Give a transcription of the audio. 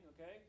Okay